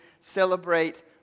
celebrate